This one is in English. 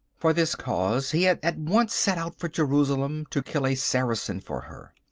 for this cause he had at once set out for jerusalem to kill a saracen for her.